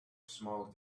small